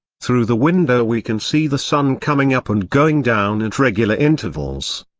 through the window we can see the sun coming up and going down at regular intervals.